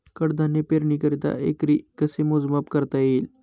कडधान्य पेरणीकरिता एकरी कसे मोजमाप करता येईल?